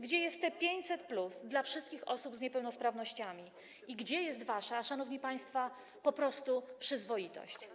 Gdzie jest te 500+ dla wszystkich osób z niepełnosprawnościami i gdzie jest wasza, szanowni państwo, przyzwoitość?